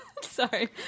sorry